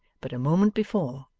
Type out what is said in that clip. but a moment before,